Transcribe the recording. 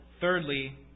Thirdly